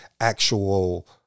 actual